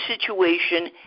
situation